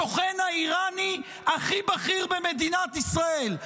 הסוכן האיראני הכי בכיר במדינת ישראל,